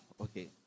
okay